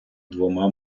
двома